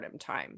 time